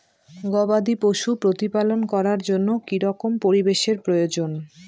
গবাদী পশু প্রতিপালন করার জন্য কি রকম পরিবেশের প্রয়োজন?